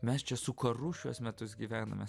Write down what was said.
mes čia su karu šiuos metus gyvename